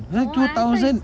oh I thought is